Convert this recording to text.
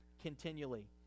continually